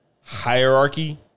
hierarchy